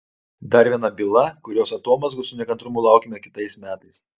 dar viena byla kurios atomazgų su nekantrumu laukiame kitais metais